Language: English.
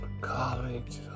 college